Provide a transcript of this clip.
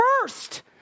first